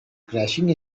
crashing